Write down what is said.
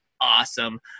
awesome